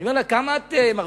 אני אומר לה: כמה את מרוויחה?